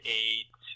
eight